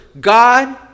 God